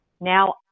now